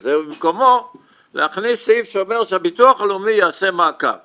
הזה ובמקומו להכניס סעיף שאומר שהביטוח הלאומי יעשה מעקב